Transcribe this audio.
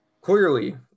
clearly